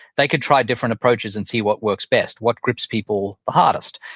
they can try different approaches and see what works best, what grips people the hardest.